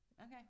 Okay